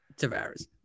Tavares